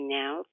now